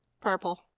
Purple